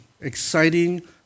exciting